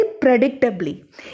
predictably